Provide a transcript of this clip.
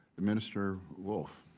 administrator wolfe,